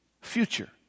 future